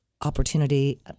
opportunity